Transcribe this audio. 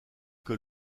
que